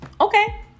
Okay